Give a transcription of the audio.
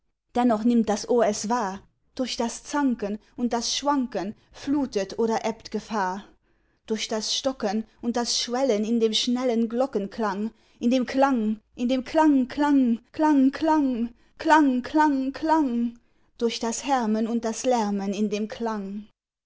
dennoch nimmt das ohr es wahr durch das zanken und das schwanken flutet oder ebbt gefahr durch das stocken und das schwellen in dem schnellen glockenklang in dem klang in dem klang klang klang klang klang klang klang durch das härmen und das lärmen in dem klang